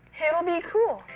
hey, it'll be cool!